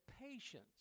patience